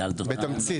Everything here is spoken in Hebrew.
בתמצית.